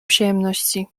przyjemności